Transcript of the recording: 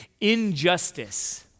injustice